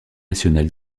national